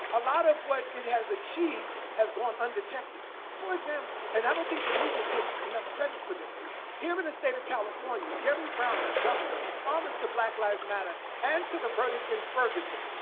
a lot of what it has achieved has gone undetected. for example, and i don't think the movement takes enough credit for this here in the state of california, jerry brown as governor, responded to black lives matter and to the verdict in ferguson